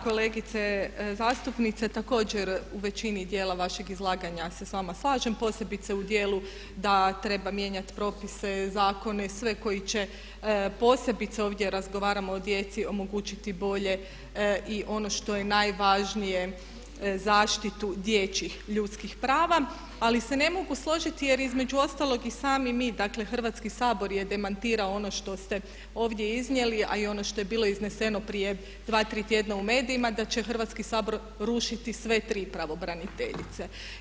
Kolegice zastupnice, također u većini djela vašeg izlaganja se s vama slažem posebice u djelu da treba mijenjati propise, zakone, sve koji će posebice ovdje razgovaramo o djeci, omogućiti bolje i ono što je najvažnije zaštitu dječjih ljudskih prava ali se ne mogu složiti jer između ostalog i sami mi, dakle Hrvatski sabor je demantirao ono što ste ovdje iznijeli a i ono što je bilo izneseno prije dva, tri tjedna u medijima, da će Hrvatski sabor rušiti sve tri pravobraniteljice.